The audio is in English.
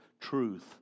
truth